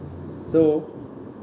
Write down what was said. so